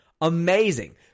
Amazing